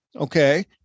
Okay